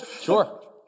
Sure